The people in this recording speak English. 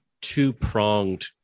two-pronged